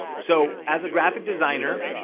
so as a graphic designer,